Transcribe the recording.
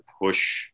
push